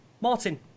Martin